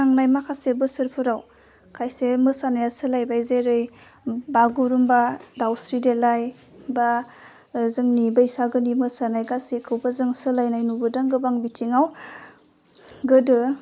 थांनाय माखासे बोसोरफोराव खायसे मोसानाया सोलायबाय जेरै बागुरुमबा दाउस्रि देलाइ बा ओह जोंनि बैसागोनि मोसानाय गासैखौबो जों सोलायनाय नुबोदों गोबां बिथिङाव गोदो